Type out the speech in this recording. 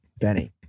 Benny